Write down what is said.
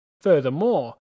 Furthermore